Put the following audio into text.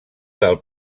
del